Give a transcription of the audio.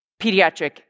pediatric